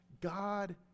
God